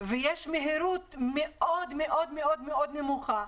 ויש מהירות מאוד מאוד נמוכה,